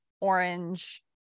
orange